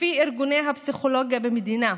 לפי ארגוני הפסיכולוגיה במדינה,